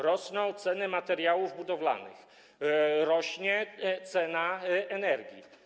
Rosną ceny materiałów budowlanych, rośnie cena energii.